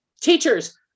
teachers